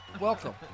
Welcome